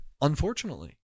Unfortunately